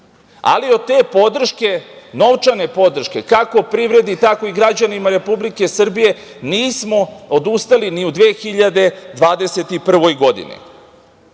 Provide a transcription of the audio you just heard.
Od te novčane podrške, kako privredi tako i građanima Republike Srbije nismo odustali ni u 2021. godini. Pred